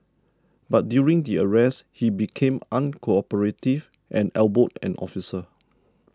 but during the arrest he became uncooperative and elbowed an officer